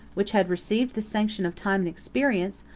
which had received the sanction of time and experience,